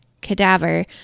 Cadaver